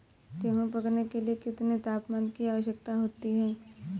गेहूँ पकने के लिए कितने तापमान की आवश्यकता होती है?